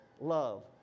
love